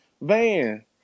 van